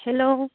hello